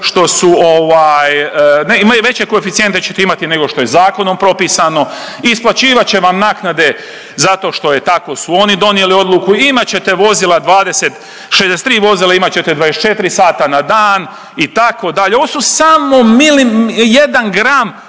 što su, ne veće koeficijente ćete imati nego što je zakonom propisano, isplaćivat će vam naknade zato što je tako su oni donijeli odluku. Imat ćete vozila 63 vozila imat ćete 24 sata na dan itd. Ovu su samo jedan gram